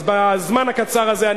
אז בזמן הקצר הזה,